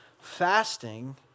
fasting